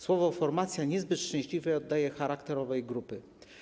Słowo ˝formacja˝ niezbyt szczęśliwie oddaje charakter owej grupy.